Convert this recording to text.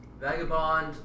Vagabond